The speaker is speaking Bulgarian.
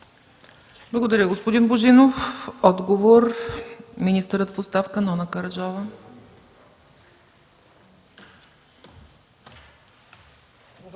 Благодаря, господин Божинов. Отговор – министърът в оставка Нона Караджова.